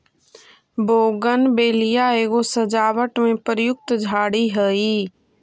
bougainvillea एगो सजावट में प्रयुक्त झाड़ी हई